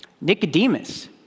Nicodemus